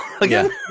again